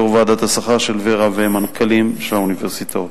יושב-ראש ועדת השכר של ור"ה ומנכ"לים של האוניברסיטאות.